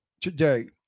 today